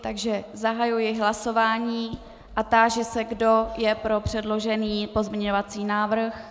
Takže zahajuji hlasování a táži se, kdo je pro předložený pozměňovací návrh.